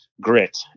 grit